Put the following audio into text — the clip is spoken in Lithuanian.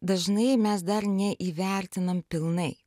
dažnai mes dar neįvertinam pilnai